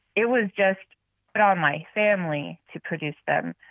it was just put on my family to produce them.